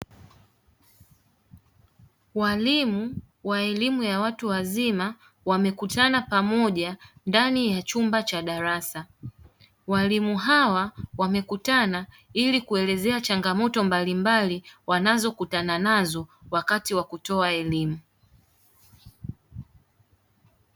Waalimu wa elimu ya watu wazima wamekutana pamoja ndani ya chumba cha darasa. Walimu hawa wamekutana ili kuelezea changamoto mbalimbali wanazokutana nazo wakati wa kutoa elimu.